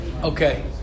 Okay